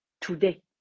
today